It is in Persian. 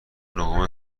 نهم